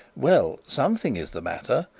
well, something is the matter.